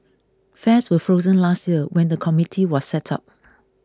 fares were frozen last year when the committee was set up